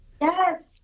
Yes